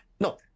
No